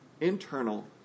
internal